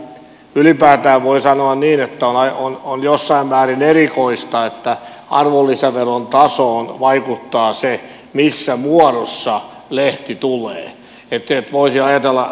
ylipäätään voi sanoa niin että on jossain määrin erikoista että arvonlisäveron tasoon vaikuttaa se missä muodossa lehti tulee